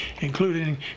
including